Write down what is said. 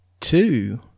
two